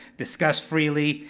discuss freely,